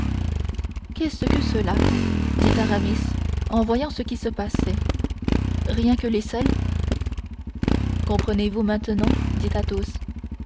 qu'est-ce que cela dit aramis en voyant ce qui se passait rien que les selles comprenez-vous maintenant